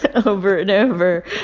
ah over and over,